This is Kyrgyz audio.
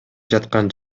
жаткан